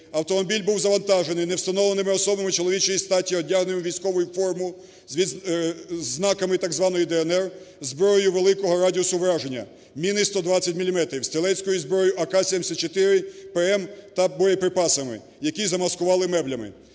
автомобіль був завантажений невстановленими особами чоловічої статі, одягненими у військову форму зі знаками так званої "ДНР", зброєю великого радіусу враження: міни 120 міліметрів, стрілецької зброї АК-74 ПМ та боєприпасами, які замаскували меблями.